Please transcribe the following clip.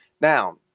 Now